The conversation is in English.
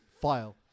File